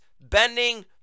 bending